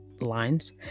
lines